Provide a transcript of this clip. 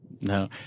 No